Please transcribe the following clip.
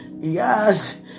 yes